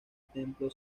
templo